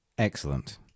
Excellent